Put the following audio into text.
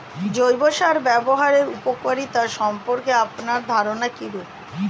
জৈব সার ব্যাবহারের উপকারিতা সম্পর্কে আপনার ধারনা কীরূপ?